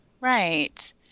Right